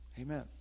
Amen